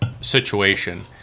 situation